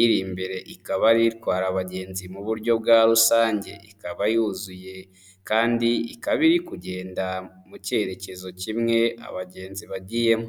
Iri imbere ikaba ari itwara abagenzi mu buryo bwa rusange, ikaba yuzuye kandi ikaba iri kugenda mu cyerekezo kimwe abagenzi bagiyemo.